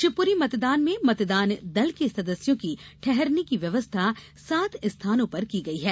शिवपुरी मतदान में मतदान दल के सदस्यों की ठहरने की व्यवस्था सात स्थानों पर की गई है